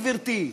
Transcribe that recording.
גברתי.